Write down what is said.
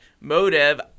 motive